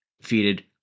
defeated